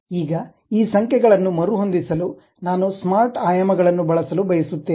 ಈಗ ಈ ಸಂಖ್ಯೆಗಳನ್ನು ಮರುಹೊಂದಿಸಲು ನಾನು ಸ್ಮಾರ್ಟ್ ಆಯಾಮಗಳನ್ನು ಬಳಸಲು ಬಯಸುತ್ತೇನೆ